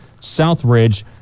Southridge